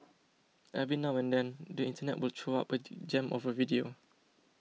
every now and then the internet will throw up a gem of a video